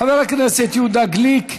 חבר הכנסת יהודה גליק,